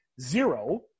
zero